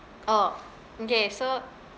oh okay so